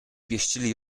pieścili